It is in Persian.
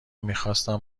میخواستم